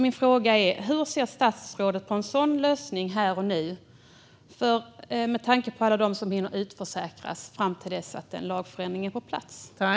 Min fråga är: Hur ser statsrådet på en sådan lösning här och nu, med tanke på alla dem som hinner utförsäkras innan en lagförändring är på plats?